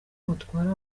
mutwara